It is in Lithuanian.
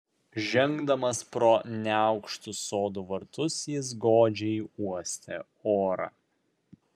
žengdamas pro neaukštus sodų vartus jis godžiai uostė orą